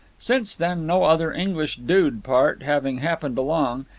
since then, no other english dude part having happened along,